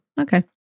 Okay